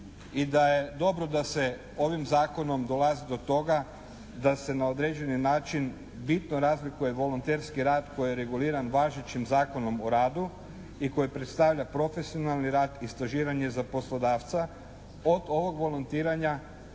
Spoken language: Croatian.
i da je dobro da se ovim Zakonom dolazi do toga da se na određeni način bitno razlikuje volonterski rad koji je reguliran važećim Zakonom o radu i koji predstavlja profesionalni rad i stažiranje za poslodavca od ovog volontiranja